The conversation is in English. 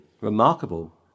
Remarkable